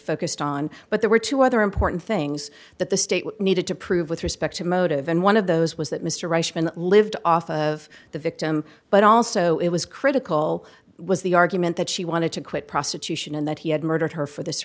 focused on but there were two other important things that the state needed to prove with respect to motive and one of those was that mr rushton lived off of the victim but also it was critical was the argument that she wanted to quit prostitution and that he had murdered her for this